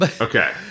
Okay